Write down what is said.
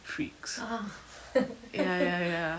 freaks ya ya ya